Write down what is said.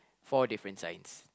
four different signs